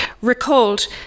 recalled